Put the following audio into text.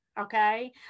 Okay